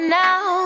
now